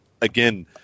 again